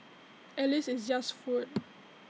at least it's just food